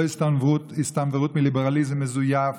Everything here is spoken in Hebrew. לא הסתנוורות מליברליזם מזויף,